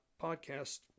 podcast